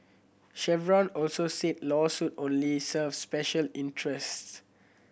chevron also said lawsuit only serve special interests